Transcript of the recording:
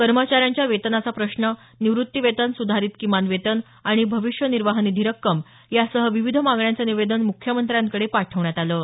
कर्मचाऱ्यांच्या वेतनाचा प्रश्न निवृत्ती वेतन सुधारीत किमान वेतन आणि भविष्य निर्वाह निधी रक्कम यासह विविध मागण्यांचं निवेदन मुख्यमंत्र्यांकडे पाठवण्यात आलं आहे